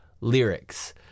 lyrics